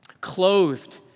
clothed